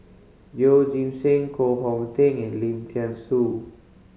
Yeoh Ghim Seng Koh Hong Teng and Lim Thean Soo